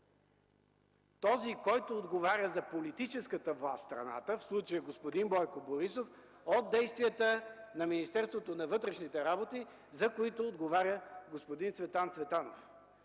този, който отговаря за политическата власт в страната, в случая господин Бойко Борисов, от действията на Министерството на вътрешните работи, за които отговаря господин Цветан Цветанов.